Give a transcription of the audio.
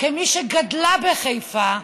כמי שגדלה בחיפה,